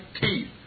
teeth